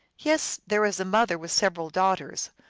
yes, there is a mother with several daughters,